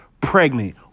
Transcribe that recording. pregnant